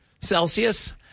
Celsius